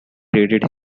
traded